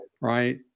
right